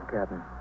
Captain